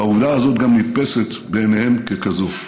והעובדה הזאת נתפסת גם בעיניהם ככזאת.